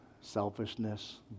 selfishness